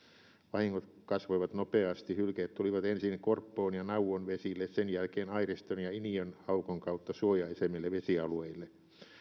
vahingot kasvoivat nopeasti kun hylkeet tulivat ensin korppoon ja nauvon vesille ja sen jälkeen airiston ja iniön aukon kautta suojaisemmille vesialueille